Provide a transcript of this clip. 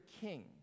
king